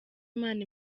imana